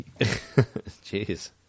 Jeez